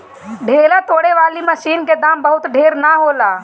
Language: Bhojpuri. ढेला तोड़े वाली मशीन क दाम बहुत ढेर ना होला